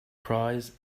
prize